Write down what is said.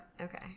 Okay